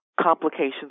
complications